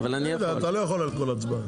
אבל זה לא רכב פרטי.